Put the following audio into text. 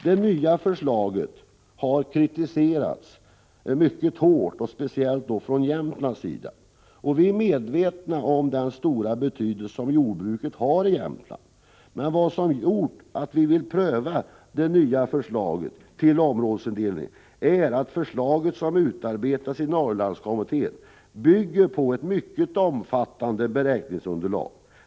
Det nya förslaget har kritiserats mycket hårt, framför allt från Jämtland. Vi är medvetna om den stora betydelse som jordbruket har i Jämtland. Vad som emellertid har gjort att vi vill pröva det nya förslaget till områdesindelning är att det förslag som utarbetades i Norrlandskommittén bygger på ett mycket omfattande beräkningsunderlag.